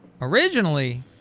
originally